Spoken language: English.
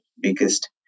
biggest